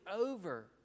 over